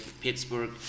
Pittsburgh